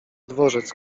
dworzec